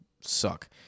suck